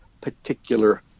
particular